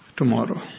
tomorrow